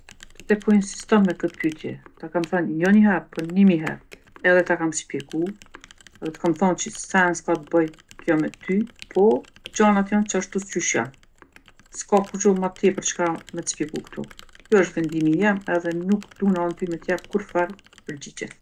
Pse po insiston me këtë pytje? Ta kam than jo nji herë, po nimi herë edhe ta kam spjegu edhe t'kom thon q'i sen ska t'boj kjo me ty, po gjanat jon qashtu qysh jon. S'ka kurgjo ma tepër çka me t'spjegu ktu. Ky osht vendimi jem edhe nuk duhna unë ty me t'jep kurrfarë pergjigje.